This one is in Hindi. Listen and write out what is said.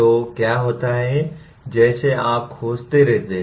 तो क्या होता है जैसे आप खोजते रहते हैं